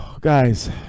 Guys